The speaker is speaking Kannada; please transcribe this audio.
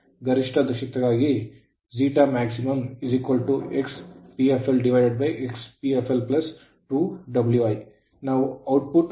ಗರಿಷ್ಠ ದಕ್ಷತೆಗಾಗಿ nu zeta max X p flXpfl 2 Wi ನಾವು output output 2 Wi